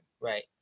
Right